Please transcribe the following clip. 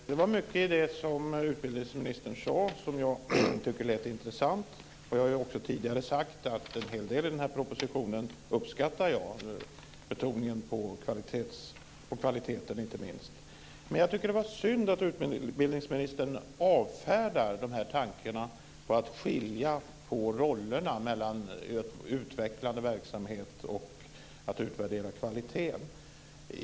Herr talman! Det finns mycket i det som utbildningsministern sade som jag tycker låter intressant. Jag har ju också tidigare sagt att jag uppskattar en hel del i den här propositionen. Inte minst gäller det betoningen på kvalitet. Jag tycker dock att det är synd att utbildningsministern avfärdar tankarna på att skilja på rollerna mellan utvecklande verksamhet och detta med att utvärdera kvaliteten.